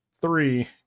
three